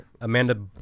Amanda